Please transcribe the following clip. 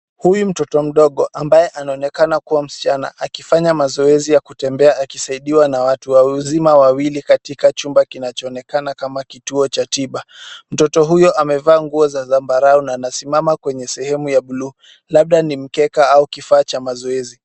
Huyu mtoto mdogo ambaye anaonekana kuwa msichana, akifanya mazoezi ya kutembea akisaidiwa na watu wazima wawili, katika chumba kinachoonekana kama kituo cha tiba. Mtoto huyo amevaa nguo za zambarau na anasimama kwenye sehemu ya buluu, labda ni mkeka au kifaa cha mazoezi.